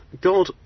God